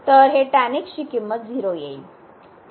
तर हे ची किंमत 0 येईल